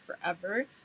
forever